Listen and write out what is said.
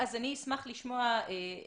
אני אשמח לשמוע מה